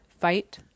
fight